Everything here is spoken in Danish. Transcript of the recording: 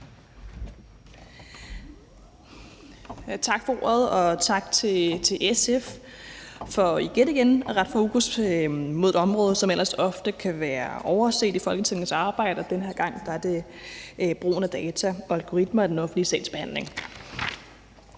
Tak for ordet, og tak til SF for igen-igen at rette fokus mod et område, som ellers ofte kan være overset i Folketingets arbejde. Den her gang er det brugen af data og algoritmer i den offentlige sagsbehandling.